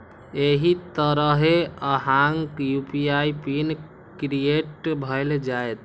एहि तरहें अहांक यू.पी.आई पिन क्रिएट भए जाएत